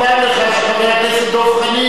שואל שאלה רטורית כי, לא.